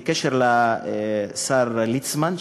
בקשר לשר ליצמן,